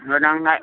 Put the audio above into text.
होनांगोन